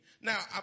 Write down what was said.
Now